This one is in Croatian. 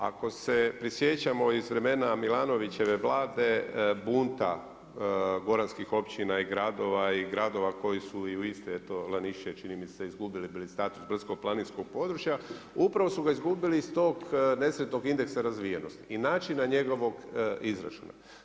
Ako se prisjećamo iz vremena Milanovićeve vlade bunta goranskih općina i gradova i gradova koji su u Istri jel to Lanišće čini mi se izgubili bili status brdsko planinskog područja, upravo su ga izgubili iz tog nesretnog indeksa razvijenosti i načina njegovog izračuna.